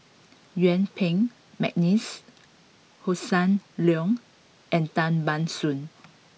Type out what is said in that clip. Yuen Peng McNeice Hossan Leong and Tan Ban Soon